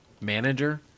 manager